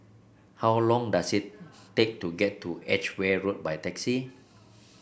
how long does it take to get to Edgeware Road by taxi